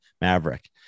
Maverick